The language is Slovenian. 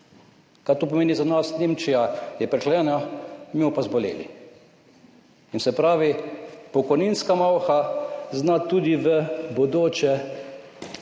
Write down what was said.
Kaj to pomeni za nas? Nemčija je prehlajena, mi bomo pa zboleli. Se pravi, pokojninska malha zna tudi v bodoče